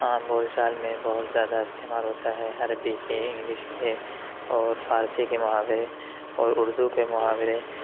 عام بول چال میں بہت زیادہ استعمال ہوتا ہے عربی کے انگلش کے اور فارسی کے محاورے اور اردو کے محاورے